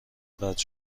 قطع